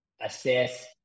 assess